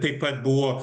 taip pat buvo